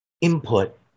input